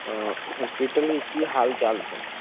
हँ हॉस्पिटल ई की हाल चाल छै